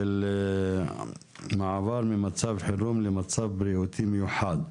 של מעבר ממצב חירום למצב בריאותי מיוחד.